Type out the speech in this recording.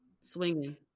swinging